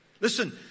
Listen